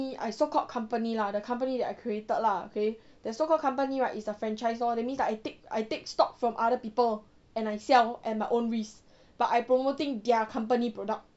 my so called company lah the company that I created lah okay that so called company right is a franchiser that means like I take I take stock from other people and I sell at my own risk but I promoting their company product